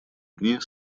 дни